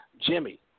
Jimmy